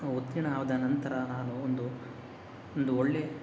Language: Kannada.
ಉತ್ತೀರ್ಣವಾದ ನಂತರ ನಾನು ಒಂದು ಒಂದು ಒಳ್ಳೆಯ